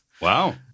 Wow